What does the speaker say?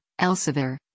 Elsevier